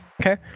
Okay